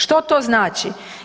Što to znači?